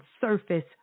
surface